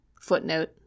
Footnote